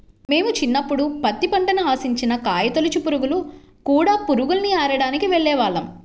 మేము చిన్నప్పుడు పత్తి పంటని ఆశించిన కాయతొలచు పురుగులు, కూడ పురుగుల్ని ఏరడానికి వెళ్ళేవాళ్ళం